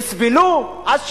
יסבלו אז שיסבלו.